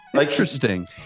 Interesting